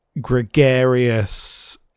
gregarious